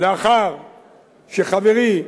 לאחר שחברי,